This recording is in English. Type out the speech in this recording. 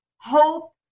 hope